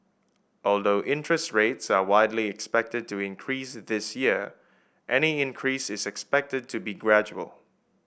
although interest rates are widely expected to increase this year any increases is expected to be gradual